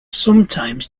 sometimes